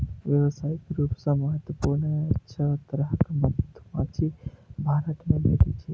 व्यावसायिक रूप सं महत्वपूर्ण छह तरहक मधुमाछी भारत मे भेटै छै